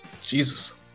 Jesus